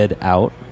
out